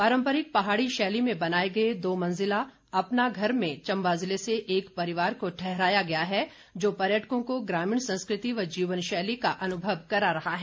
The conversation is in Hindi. पारम्परिक पहाड़ी शैली में बनाए गए दो मंजिला अपना घर में चम्बा जिले से एक परिवार को ठहराया गया है जो पर्यटकों को ग्रामीण संस्कृति व जीवन शैली का अनुभव करा रहा है